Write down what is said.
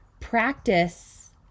practice